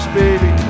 baby